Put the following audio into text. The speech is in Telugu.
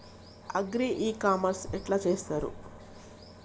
అగ్రి ఇ కామర్స్ ఎట్ల చేస్తరు?